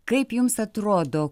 kaip jums atrodo